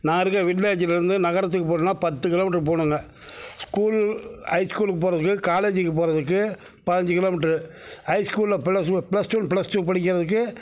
நான் இருக்கிற வில்லேஜ்லேருந்து நகரத்துக்கு போகணுன்னா பத்து கிலோமீட்டர் போகணுங்க ஸ்கூல் ஹைஸ்கூலுக்கு போகிறதுக்கு காலேஜுக்கு போகிறதுக்கு பயஞ்சு கிலோமீட்டரு ஹைஸ்கூலில் plus plus one plus two படிக்கிறதுக்கு